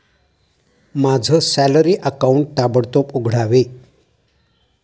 माझं salary account ताबडतोब उघडावे